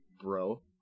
bro